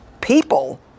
people